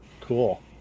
Cool